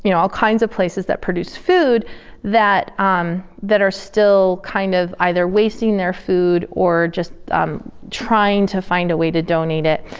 you know all kinds of places that produce food that um that are still kind of either wasting their food or just trying to find a way to donate it.